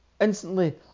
Instantly